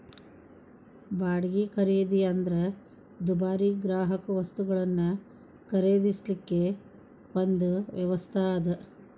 ಬಾಡ್ಗಿ ಖರೇದಿ ಅಂದ್ರ ದುಬಾರಿ ಗ್ರಾಹಕವಸ್ತುಗಳನ್ನ ಖರೇದಿಸಲಿಕ್ಕೆ ಒಂದು ವ್ಯವಸ್ಥಾ ಅದ